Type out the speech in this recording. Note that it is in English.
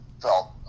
felt